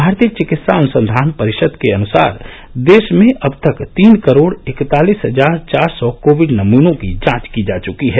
भारतीय चिकित्सा अनुसंधान परिषद के अनुसार देश में अब तक तीन करोड इकतालिस हजार चार सौ कोविड नमूनों की जांच की जा चुकी है